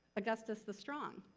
augustus the strong.